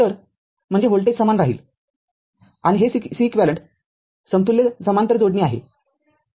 तर म्हणजेव्होल्टेज समान राहील आणि हे Ceq समतुल्य समांतर जोडणी आहे